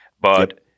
But-